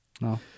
No